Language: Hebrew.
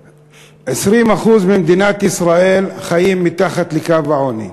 20% ממדינת ישראל חיים מתחת לקו העוני.